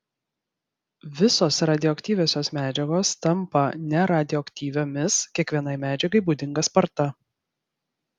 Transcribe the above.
visos radioaktyviosios medžiagos tampa neradioaktyviomis kiekvienai medžiagai būdinga sparta